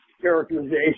characterization